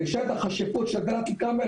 לשטח השיפוט של דאלית אל כרמל,